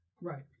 Right